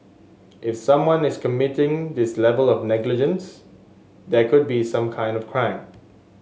if someone is committing this level of negligence there could be some kind of crime